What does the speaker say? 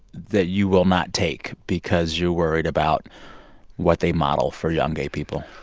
that you will not take because you're worried about what they model for young gay people?